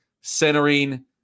centering